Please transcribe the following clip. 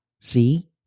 See